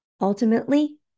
Ultimately